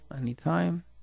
anytime